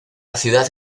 ciudad